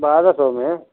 بارہ سو میں